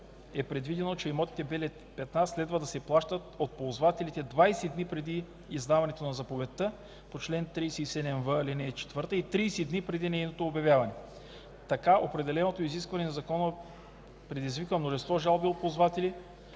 е предвидено, че имотите бели петна следва да се плащат от ползвателите 20 дни преди издаването на заповедта по чл. 37в, ал. 4 и 30 дни преди нейното обявяване. Така определеното изискване на закона предизвиква множество жалби от ползватели,